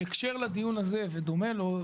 בהקשר לדיון הזה ודומה לו,